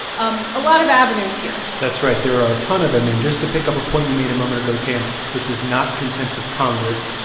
um a lot of avenues here that's right. there are a ton of them. and just to pick up a point you made a moment ago, tam, this is not contempt of congress.